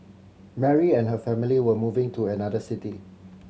Mary and her family were moving to another city